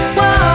Whoa